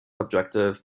objective